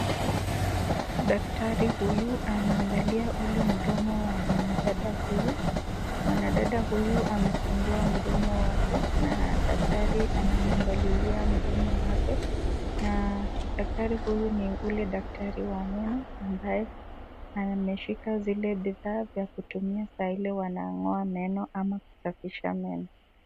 Daktari huyu anaangalia ule mdomo wa mwanadada huyu. Mwanadada huyu amefungua mdomo wake, na daktari anamwangalilia mdomo wake. Na daktari huyu ni ule daktari wa meno ambaye ameshika vile vifaa vya kutumia saa ile wanang'oa meno ama kusafisha meno.